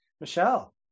Michelle